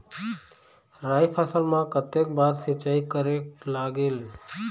राई फसल मा कतक बार सिचाई करेक लागेल?